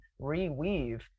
reweave